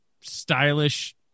stylish